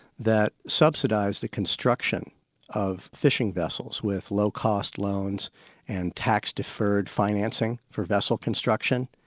that subsidised the construction of fishing vessels with low-cost loans and tax-deferred financing for vessel construction,